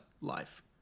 life